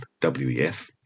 WEF